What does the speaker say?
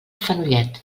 fenollet